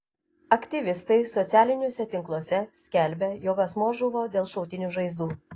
aktyvistai socialiniuose tinkluose skelbia jog asmuo žuvo dėl šautinių žaizdų